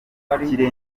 urugero